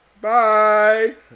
Bye